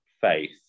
faith